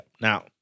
Now